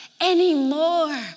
anymore